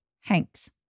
Hanks